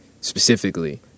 specifically